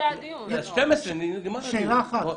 שאלה אחת.